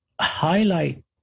highlight